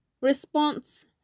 Response